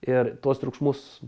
ir tuos triukšmus